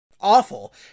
awful